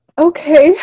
Okay